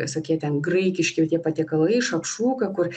visokie ten graikiški tie patiekalai šakšuka kur